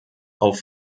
auf